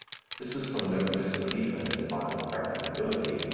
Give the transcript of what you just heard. this is from no disbelief in its final practicability,